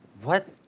what?